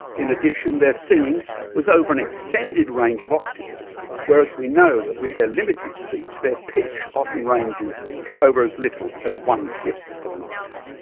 in addition their singing was over an extended range of octaves whereas we know that with their limited speech their pitch often ranges over as little as one fifth of an octave.